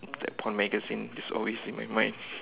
that porn magazine is always in my mind